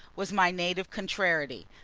was my native contrariety,